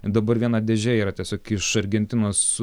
dabar viena dėžė yra tiesiog iš argentinos